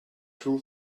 two